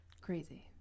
crazy